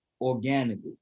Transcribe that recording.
organically